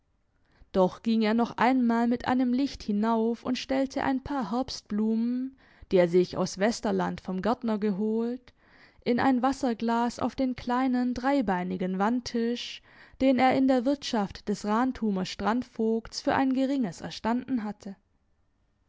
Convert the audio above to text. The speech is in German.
doch ging er noch einmal mit einem licht hinauf und stellte ein paar herbstblumen die er sich aus westerland vom gärtner geholt in ein wasserglas auf den kleinen dreibeinigen wandtisch den er in der wirtschaft des rantumer strandvogts für ein geringes erstanden hatte